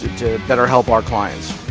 to better help our clients.